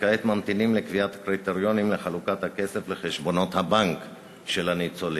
וכעת ממתינים לקביעת קריטריונים לחלוקת הכסף לחשבונות הבנק של הניצולים.